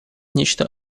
нечто